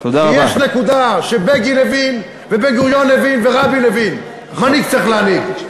כי יש נקודה שבגין הבין ובן-גוריון הבין ורבין הבין: מנהיג צריך להנהיג.